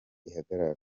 ihagarara